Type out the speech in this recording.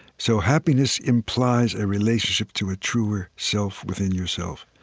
so happiness implies a relationship to a truer self within yourself,